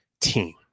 team